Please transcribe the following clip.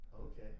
Okay